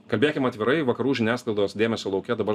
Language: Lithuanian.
kalbėkim atvirai vakarų žiniasklaidos dėmesio lauke dabar